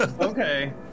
Okay